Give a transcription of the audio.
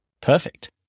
Perfect